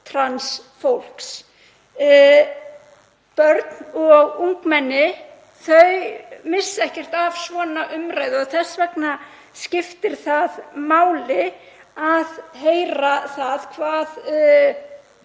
Börn og ungmenni missa ekkert af svona umræðu og þess vegna skiptir það máli að heyra hvað